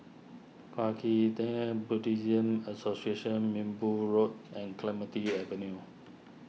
Kwa Kee Tng Buddhist Association Minbu Road and Clementi Avenue